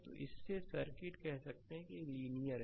तो इससे सर्किट कह सकते हैं एक लीनियर है